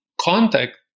contact